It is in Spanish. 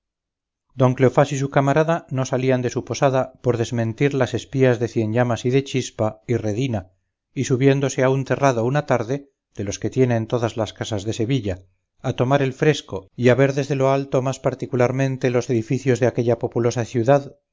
don cleofás y su camarada no salían de su posada por desmentir las espías de cienllamas y de chispa y redina y subiéndose a un terrado una tarde de los que tienen todas las casas de sevilla a tomar el fresco y a ver desde lo alto más particularmente los edificios de aquella populosa ciudad